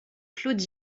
claude